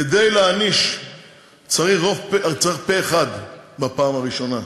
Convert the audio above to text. כדי להעניש צריך פה-אחד בפעם הראשונה,